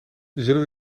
zullen